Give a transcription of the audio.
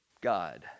God